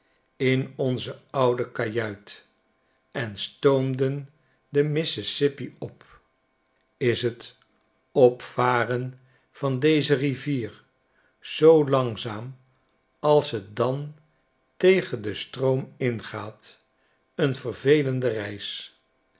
in onze oude kajuit en stoomden den mississippi op is het opvaren van deze rivier zoo langzaam als het dan tegen den stroom in gaat een vervelende reis